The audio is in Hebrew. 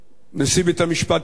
נשיא בית-המשפט העליון,